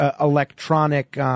electronic